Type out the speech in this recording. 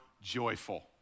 joyful